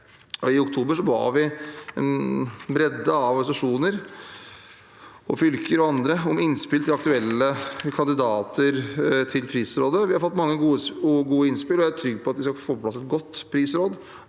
I oktober ba vi en bredde av organisasjoner, fylker og andre om innspill til aktuelle kandidater til prisrådet. Vi har fått mange og gode innspill og er trygge på at vi skal få på plass et godt prisråd.